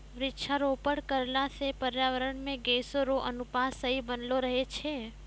वृक्षारोपण करला से पर्यावरण मे गैसो रो अनुपात सही बनलो रहै छै